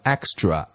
Extra